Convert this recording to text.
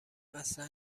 اصلا